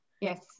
yes